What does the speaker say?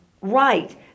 Right